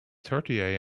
thirty